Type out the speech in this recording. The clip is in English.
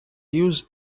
use